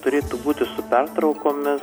turėtų būti su pertraukomis